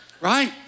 right